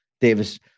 Davis